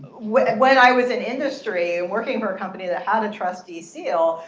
when when i was in industry and working for a company that had a trustee seal,